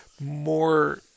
more